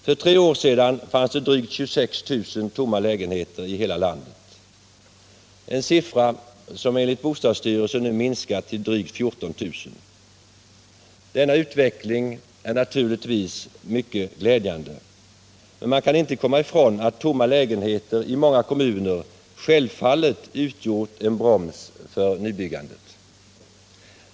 För tre år sedan fanns det drygt 26 000 tomma lägenheter i hela landet, en siffra som enligt bostadsstyrelsen nu minskat till drygt 14 000. Denna utveckling är naturligtvis mycket glädjande, men man kan inte komma ifrån att tomma lägenheter i många kommuner självfallet utgjort en broms för nybyggandet.